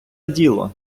діло